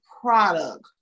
product